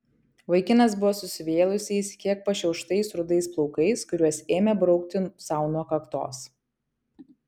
vaikinas buvo susivėlusiais kiek pašiauštais rudais plaukais kuriuos ėmė braukti sau nuo kaktos